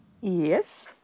Yes